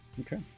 Okay